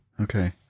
Okay